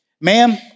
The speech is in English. ma'am